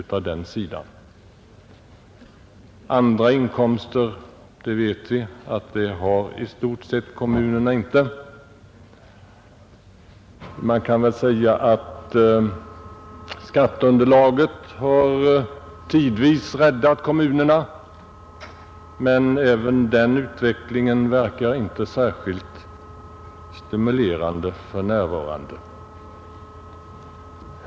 Några andra inkomster än skatter har kommunerna i stort sett inte. Man kan väl säga att ökningen av skatteunderlaget tidvis har räddat kommunerna, men inte heller den utvecklingen verkar särskilt stimulerande för närvarande.